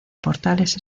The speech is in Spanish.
portales